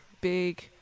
big